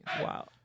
Wow